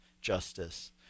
justice